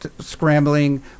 scrambling